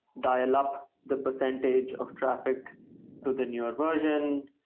dial up the percentage of traffic to the newer version,